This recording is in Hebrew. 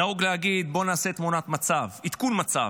נהוג להגיד: בואו נעשה תמונת מצב, עדכון מצב.